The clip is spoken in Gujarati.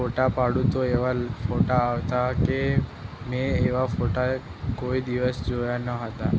ફોટા પાડું તો એવા લ ફોટા આવતા કે મેં એવા ફોટા કોઈ દિવસ જોયા ન હતા